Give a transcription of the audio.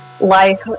life